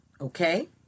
okay